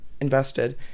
Invested